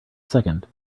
second